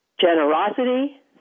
generosity